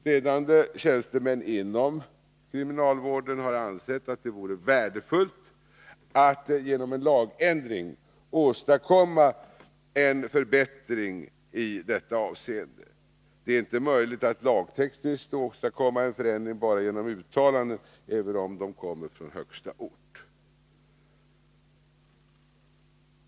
Ledande tjänstemän inom kriminalvården har ansett att det vore värdefullt att genom en lagändring åstadkomma en förbättring i detta avseende. Det är inte möjligt att lagtekniskt åstadkomma en förändring bara genom uttalanden, även om de kommer från högsta ort.